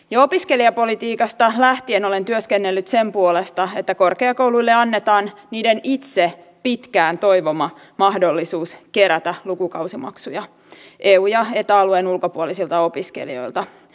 jo opiskelijapolitiikasta lähtien olen työskennellyt sen puolesta että korkeakouluille annetaan niiden itse pitkään toivoma mahdollisuus kerätä lukukausimaksuja eu ja eta alueen ulkopuolisilta opiskelijoilta